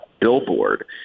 billboard